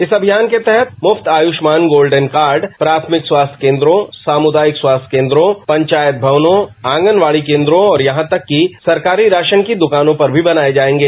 इस अभियान के तहत मुफ्त आयुष्मान गोल्डन कार्ड प्राथमिक स्वास्थ्य केंद्रों सामुदायिक स्वास्थ्य केंद्रों पंचायत भवनों आंगनवाड़ी केंद्रों और यहां तक कि सरकारी राशन की दुकानों पर भी बनाए जाएंगे